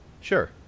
Sure